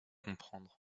comprendre